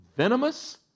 Venomous